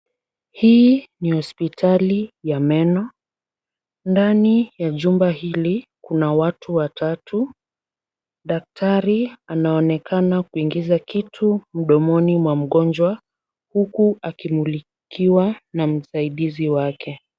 Hii ni hospitali ya meno. Ndani ya jumba hili kuna watu watatu. Daktari anaonekana kuingiza kitu mdomoni mwa mgonjwa huku akimlikiwa na msaidizi wake.